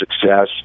success